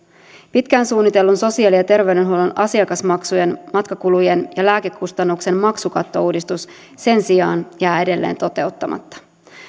pitkään suunniteltu sosiaali ja terveydenhuollon asiakasmaksujen matkakulujen ja lääkekustannuksen maksukattouudistus sen sijaan jää edelleen toteuttamatta